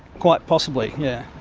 quite possibly, yeah.